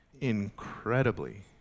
incredibly